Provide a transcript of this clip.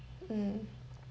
mm